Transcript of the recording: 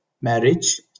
marriage